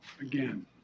again